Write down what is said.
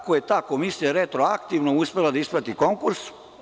Kako je ta komisija retroaktivno uspela da isplati konkurs?